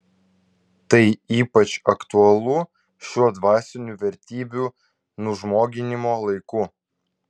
tai ypač aktualu šiuo dvasinių vertybių nužmoginimo laiku